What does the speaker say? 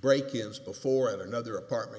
break ins before at another apartment